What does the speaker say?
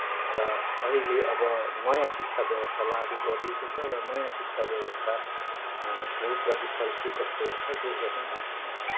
र अहिले अब नयाँ शिक्षा व्यवस्था लागु गरिएको छ र नयाँ शिक्षा व्यवस्थाको प्रतिफल के कस्तो हुन्छ त्यो हेर्न बाँकी नै छ